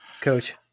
coach